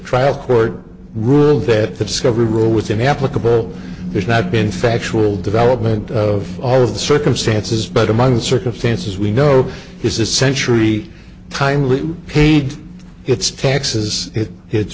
trial court ruled that the discovery rule within the applicable has not been factual development of all of the circumstances but among the circumstances we know this is century time we paid it's taxes it's